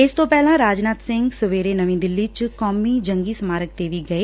ਇਸਤੋਂ ਪਹਿਲਾਂ ਰਾਜਨਾਥ ਸਿੰਘ ਸਵੇਰੇ ਨਵੀ ਦਿੱਲੀ 'ਚ ਕੌਮੀ ਜੰਗੀ ਸਮਾਰਕ ਤੇ ਵੀ ਗਏ